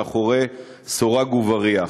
מאחורי סורג ובריח.